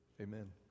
amen